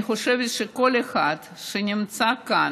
אני חושבת שכל אחד שנמצא כאן,